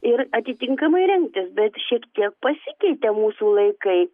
ir atitinkamai rengtis bet šiek tiek pasikeitė mūsų laikai